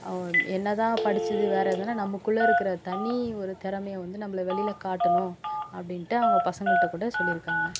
அவ என்னதான் படித்தது வேற இதுவாக நமக்குள்ளே இருக்கிற தனி ஒரு திறமையை வந்து நம்மள வெளியில் காட்டணும் அப்படின்ட்டு அவங்க பசங்கள்கிட்ட கூட சொல்லியிருக்காங்க